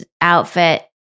outfit